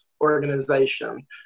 organization